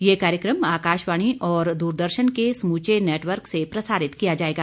यह कार्यक्रम आकाशवाणी और दूरदर्शन के समूचे नेटवर्क से प्रसारित के किया जाएगा